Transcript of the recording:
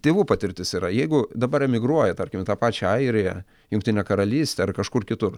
tėvų patirtis yra jeigu dabar emigruoja tarkim į tą pačią airiją jungtinę karalystę ar kažkur kitur